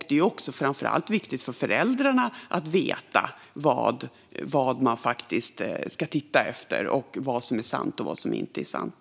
Det är framför allt också viktigt för föräldrarna att veta vad de ska titta efter, vad som är sant och vad som inte är sant.